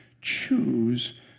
Choose